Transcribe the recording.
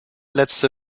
letzte